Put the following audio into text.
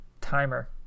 timer